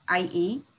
IE